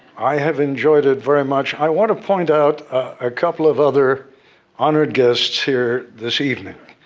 i have enjoyed it, very much. i want to point out a couple of other honored guests here this evening.